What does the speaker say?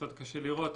קצת קשה לראות,